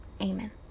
amen